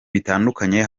bitandukanye